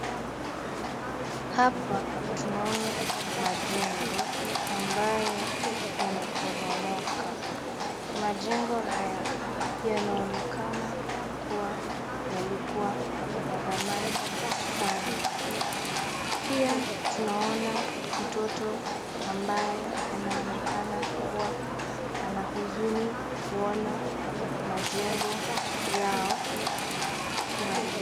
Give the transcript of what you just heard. Hapa tunaona majengo ambayo yameporomoka. Majengo haya yanaonekana kuwa yalikuwa ya thamani sana. Pia, tunaona mtoto ambaye anaonekana kuwa na huzuni kuona majengo yao kuharibiwa.